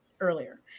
earlier